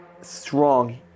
strong